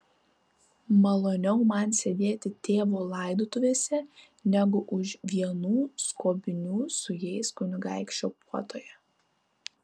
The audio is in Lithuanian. maloniau man sėdėti tėvo laidotuvėse negu už vienų skobnių su jais kunigaikščio puotoje